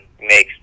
makes